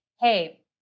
Hey